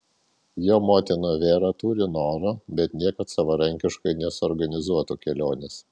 jo motina vera turi noro bet niekad savarankiškai nesuorganizuotų kelionės